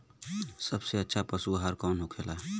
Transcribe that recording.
सबसे अच्छा पशु आहार कौन होखेला?